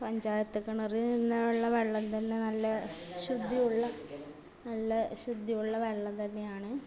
പഞ്ചായത്ത് കിണറിൽ നിന്നുള്ള വെള്ളം തന്നെ നല്ല ശുദ്ധിയുള്ള നല്ല ശുദ്ധിയുള്ള വെള്ളം തന്നെയാണ്